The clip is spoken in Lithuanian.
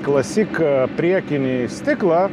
klasik priekinį stiklą